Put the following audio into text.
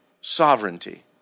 sovereignty